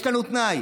יש לנו תנאי,